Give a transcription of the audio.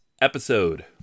episode